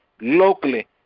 locally